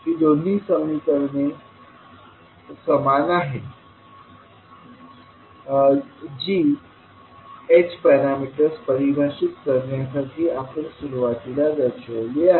ही दोन्ही समान समीकरणे आहेत जी h पॅरामीटर्स परिभाषित करण्यासाठी आपण सुरुवातीला दर्शवली आहेत